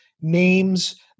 names